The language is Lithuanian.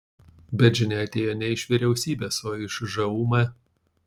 bet žinia atėjo ne iš vyriausybės o iš žūm